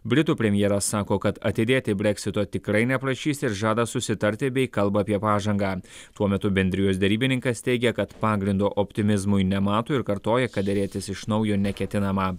britų premjeras sako kad atidėti breksito tikrai neprašys ir žada susitarti bei kalba apie pažangą tuo metu bendrijos derybininkas teigia kad pagrindo optimizmui nemato ir kartoja kad derėtis iš naujo neketinama